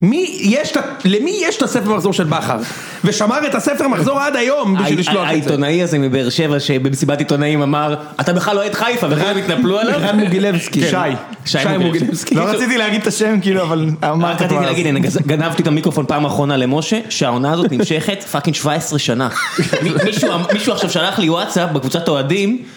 למי יש את הספר המחזור של בכר? ושמר את הספר המחזור עד היום בשביל לשלוח את זה. העיתונאי הזה מבאר שבע שבמסיבת עיתונאים אמר, אתה בכלל אוהד חיפה וכולם התנפלו עליו. רן מוגילבסקי, שי. שי מוגילבסקי. לא רציתי להגיד את השם כאילו, אבל אמרתי פה אז. רציתי להגיד, גנבתי את המיקרופון פעם האחרונה למשה, שהעונה הזאת נמשכת, פאקינג 17 שנה. מישהו עכשיו שלח לי וואטסאפ בקבוצת אוהדים.